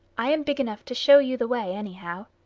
i am big enough to show you the way, anyhow.